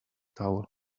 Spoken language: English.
towel